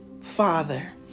Father